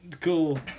cool